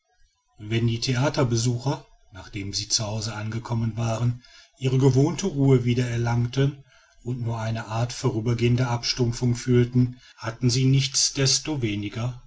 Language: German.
wenn die theaterbesucher nachdem sie zu hause angekommen waren ihre gewohnte ruhe wieder erlangten und nur eine art vorübergehender abstumpfung fühlten hatten sie